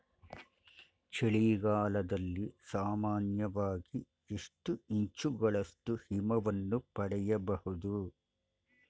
ಚಳಿಗಾಲದಲ್ಲಿ ಸಾಮಾನ್ಯವಾಗಿ ಎಷ್ಟು ಇಂಚುಗಳಷ್ಟು ಹಿಮವನ್ನು ಪಡೆಯಬಹುದು?